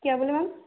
क्या बोले मैम